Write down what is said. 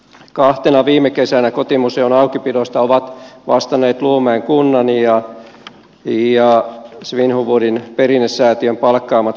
kahtena viime kesänä kotimuseon aukipidosta ovat vastanneet luumäen kunnan ja svinhufvudin perinnesäätiön palkkaamat vapaaehtoiset oppaat